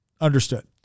Understood